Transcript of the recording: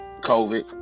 COVID